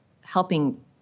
helping